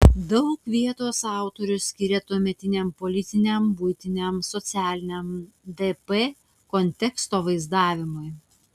daug vietos autorius skiria tuometiniam politiniam buitiniam socialiniam dp konteksto vaizdavimui